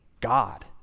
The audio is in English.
God